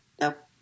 nope